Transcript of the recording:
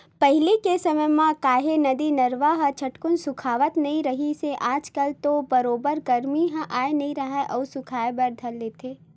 पहिली के समे म काहे नदिया, नरूवा ह झटकून सुखावत नइ रिहिस हे आज कल तो बरोबर गरमी ह आय नइ राहय अउ सुखाय बर धर लेथे